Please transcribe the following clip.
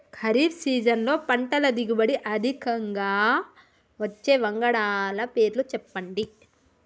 ఖరీఫ్ సీజన్లో పంటల దిగుబడి అధికంగా వచ్చే వంగడాల పేర్లు చెప్పండి?